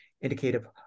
indicative